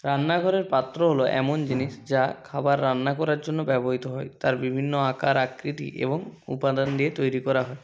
রান্নাঘরের পাত্র হলো এমন জিনিস যা খাবার রান্না করার জন্য ব্যবহৃত হয় তার বিভিন্ন আকার আকৃতি এবং উপাদান দিয়ে তৈরি করা হয়